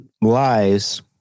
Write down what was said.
lies